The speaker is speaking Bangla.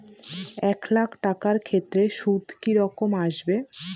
এক লাখ টাকার ক্ষেত্রে সুদ কি রকম আসবে?